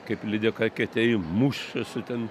kaip lydeka aketėj mušėsi ten